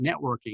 networking